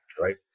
right